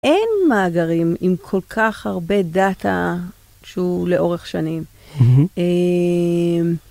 אין מאגרים עם כל כך הרבה דאטה שהוא לאורך שנים.